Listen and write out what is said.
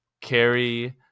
Carrie